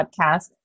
podcast